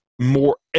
more